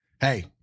Hey